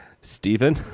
Stephen